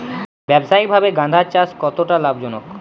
ব্যবসায়িকভাবে গাঁদার চাষ কতটা লাভজনক?